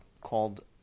called